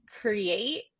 create